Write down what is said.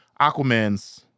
Aquaman's